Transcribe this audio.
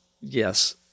yes